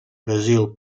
brasil